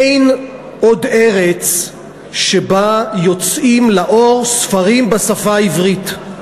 אין עוד ארץ שבה יוצאים לאור ספרים בשפה העברית,